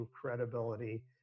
credibility